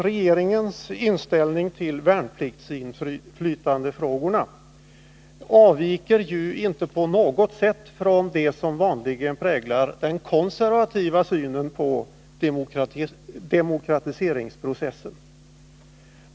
Regeringens inställning till värnpliktsinflytandefrågorna avviker inte på något sätt från det som vanligen präglar den konservativa synen på demokratiseringsprocessen.